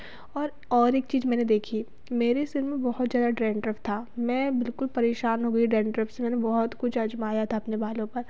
और और एक चीज़ मैंने देखी मेरे सिर में बहुत ज़्यादा डैंड्रफ था मैं बिलकुल पेरशान हो गई डैंड्रफ से मैंने बहुत कुछ आज़माया था अपने बालों पर